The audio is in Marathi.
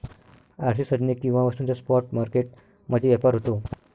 आर्थिक साधने किंवा वस्तूंचा स्पॉट मार्केट मध्ये व्यापार होतो